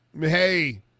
hey